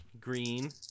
Green